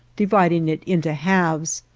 dividing it into halves,